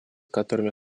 которыми